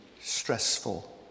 stressful